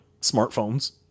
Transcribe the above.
smartphones